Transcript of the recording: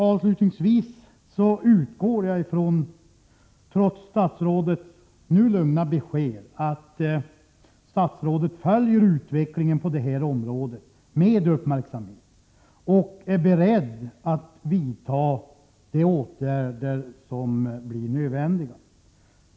Avslutningsvis vill jag säga att jag, trots statsrådets lugna besked, utgår från att statsrådet följer utvecklingen på det här området med uppmärksamhet och är beredd att vidta de åtgärder som blir nödvändiga.